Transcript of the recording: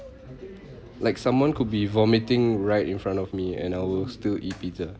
like someone could be vomiting right in front of me and I will still eat pizza